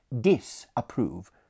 disapprove